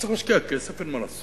וצריך להשקיע כסף, אין מה לעשות.